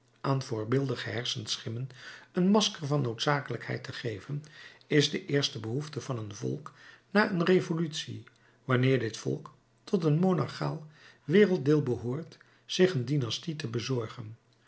aan voordeelige hersenschimmen een masker van noodzakelijkheid te geven is de eerste behoefte van een volk na een revolutie wanneer dit volk tot een monarchaal werelddeel behoort zich een dynastie te bezorgen